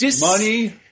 money